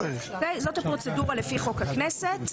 זאת הפרוצדורה לפי חוק הכנסת.